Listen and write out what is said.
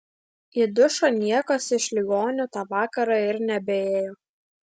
į dušą niekas iš ligonių tą vakarą ir nebeėjo